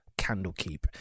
Candlekeep